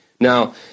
Now